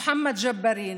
מוחמד ג'בארין,